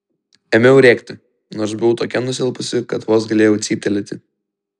ėmiau rėkti nors buvau tokia nusilpusi kad vos galėjau cyptelėti